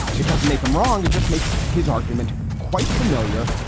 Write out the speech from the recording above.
it doesn't make him wrong. it just makes his argument quite familiar.